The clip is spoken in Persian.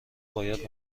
باید